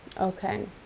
Okay